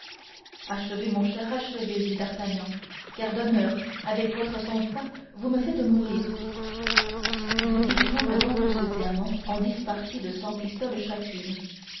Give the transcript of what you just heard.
achevez mon cher achevez dit d'artagnan car d'honneur avec votre sang-froid vous me faites mourir nous divisâmes donc ce diamant en dix parties de cent pistoles chacune